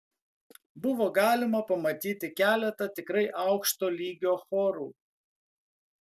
buvo galima pamatyti keletą tikrai aukšto lygio chorų